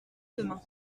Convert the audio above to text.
demain